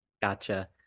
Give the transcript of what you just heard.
gotcha